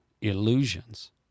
illusions